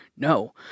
No